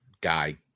guy